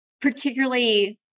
particularly